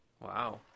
Wow